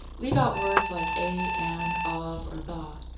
leave out words like a, and, of, or the.